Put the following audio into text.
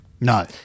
No